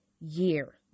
year